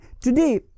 Today